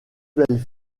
belle